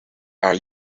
are